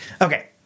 Okay